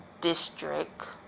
District